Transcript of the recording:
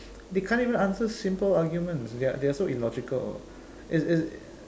they can't even answer simple arguments they're they're so illogical it's it's